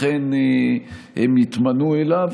אכן הם יתמנו אליו,